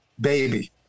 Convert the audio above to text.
baby